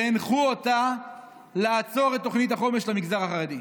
והנחו אותה לעצור את תוכנית החומש למגזר החרדי.